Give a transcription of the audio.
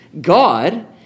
God